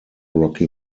rocky